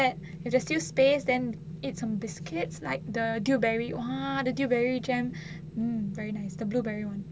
if there's is still space then eat some biscuit like the blueberry [one] !wah! the blueberry jam hmm very nice the blueberry [one]